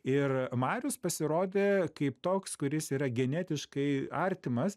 ir marius pasirodė kaip toks kuris yra genetiškai artimas